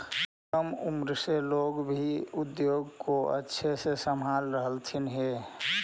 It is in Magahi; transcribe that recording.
कम उम्र से लोग भी उद्योग को अच्छे से संभाल रहलथिन हे